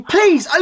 Please